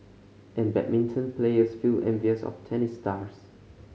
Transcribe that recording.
and badminton players feel envious of tennis stars